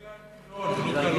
אילן גילאון, לא גלאון.